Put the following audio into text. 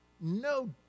no